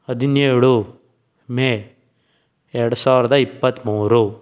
ಹದಿನೇಳು ಮೇ ಎರಡು ಸಾವಿರದ ಇಪ್ಪತ್ತ್ಮೂರು